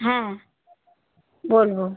হ্যাঁ বলবো